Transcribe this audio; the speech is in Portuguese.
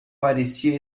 parecia